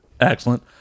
excellent